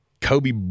Kobe